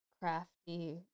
crafty